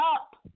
up